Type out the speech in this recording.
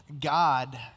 God